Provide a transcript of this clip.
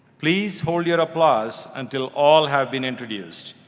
please hold your applause until all have been introduced.